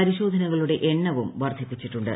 പരിശോധനകളുടെ എണ്ണവും വർദ്ധിപ്പിച്ചിട്ടുണ്ട്